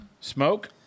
Smoke